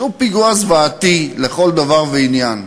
שהוא פיגוע זוועתי לכל דבר ועניין.